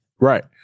Right